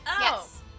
Yes